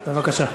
בבקשה.